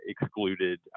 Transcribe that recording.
excluded